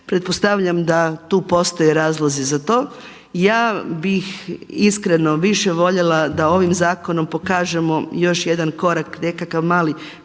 Pretpostavljam da tu postoje razlozi za to. Ja bih iskreno više voljela da ovim zakonom pokažemo još jedan korak, nekakav mali